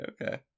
okay